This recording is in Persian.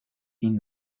این